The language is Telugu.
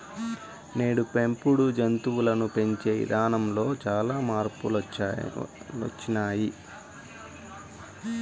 నేడు పెంపుడు జంతువులను పెంచే ఇదానంలో చానా మార్పులొచ్చినియ్యి